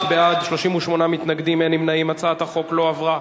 נא להצביע.